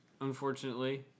unfortunately